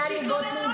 טלי גוטליב,